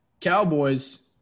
Cowboys